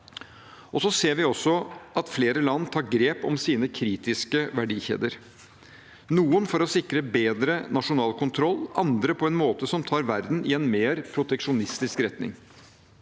Vi ser også at flere land tar grep om sine kritiske verdikjeder – noen for å sikre bedre nasjonal kontroll, andre på en måte som tar verden i en mer proteksjonistisk retning.